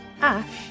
Ash